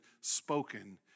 spoken